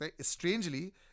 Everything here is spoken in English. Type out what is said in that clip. Strangely